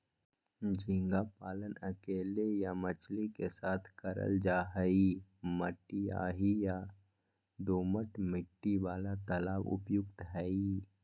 झींगा पालन अकेले या मछली के साथ करल जा हई, मटियाही या दोमट मिट्टी वाला तालाब उपयुक्त हई